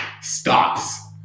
stops